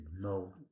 No